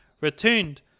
returned